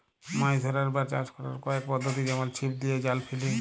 মাছ ধ্যরার বা চাষ ক্যরার কয়েক পদ্ধতি যেমল ছিপ দিঁয়ে, জাল ফ্যাইলে